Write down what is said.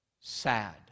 sad